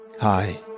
Hi